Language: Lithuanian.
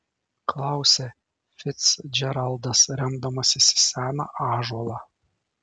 klausia ficdžeraldas remdamasis į seną ąžuolą